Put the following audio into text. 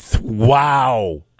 Wow